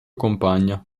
compagna